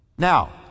Now